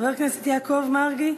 חבר הכנסת יעקב מרגי,